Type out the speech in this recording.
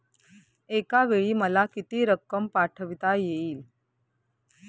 एकावेळी मला किती रक्कम पाठविता येईल?